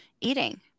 eating